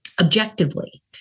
objectively